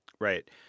Right